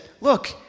look